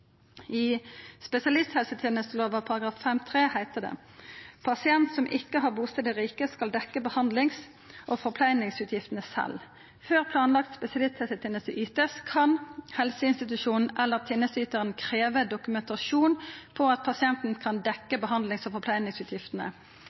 i kommunen. I spesialisthelsetenestelova § 5-3 heiter det: «Pasient som ikke har bosted i riket, skal dekke behandlings- og forpleiningsutgiftene selv. Før planlagt spesialisthelsetjeneste ytes, kan helseinstitusjonen eller tjenesteyteren kreve dokumentasjon på at pasienten kan dekke